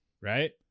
Right